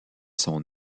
son